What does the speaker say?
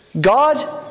God